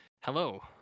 Hello